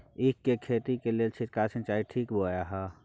ईख के खेती के लेल छिरकाव सिंचाई ठीक बोय ह?